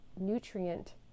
nutrient